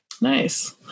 Nice